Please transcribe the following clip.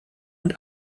und